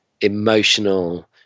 emotional